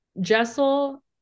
Jessel